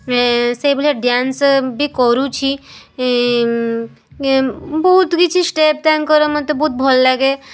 ସେଇ ଭଳିଆ ଡ୍ୟାନ୍ସ ବି କରୁଛି ବହୁତ କିଛି ଷ୍ଟେପ ତାଙ୍କର ମୋତେ ବହୁତ ଭଲ ଲାଗେ